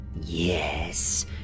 Yes